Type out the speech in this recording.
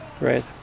right